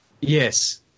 Yes